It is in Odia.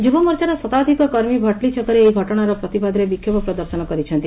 ଯୁବମୋର୍ଚାର ଶତାଧକ କର୍ମୀ ଭଟଲି ଛକରେ ଏହି ଘଟଣାର ପ୍ରତିବାଦରେ ବିଷୋଭ ପ୍ରଦର୍ଶନ କରିଛନ୍ତି